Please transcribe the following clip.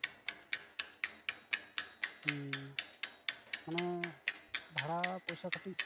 ᱢᱟᱱᱮ ᱵᱷᱟᱲᱟ ᱯᱚᱭᱥᱟ ᱠᱟᱹᱴᱤᱡ